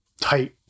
tight